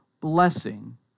blessing